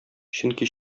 чөнки